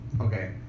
okay